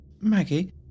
Maggie